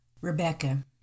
Rebecca